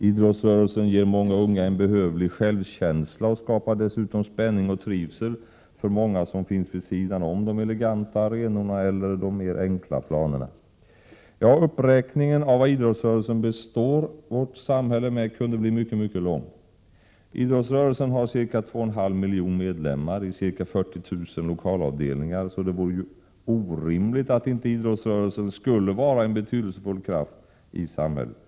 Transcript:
Idrottsrörelsen ger många unga en behövlig självkänsla och skapar dessutom spänning och trivsel för många som finns vid sidan om de eleganta arenorna eller de mer enkla planerna. Ja, uppräkningen av vad idrottsrörelsen består vårt samhälle med kunde bli mycket, mycket lång. Idrottsrörelsen har ca 2,5 miljoner medlemmar i ca Prot. 1987/88:130 40 000 lokalavdelningar, så det vore ju orimligt att inte idrottsrörelsen skulle vara en betydelsefull kraft i samhället.